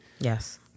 Yes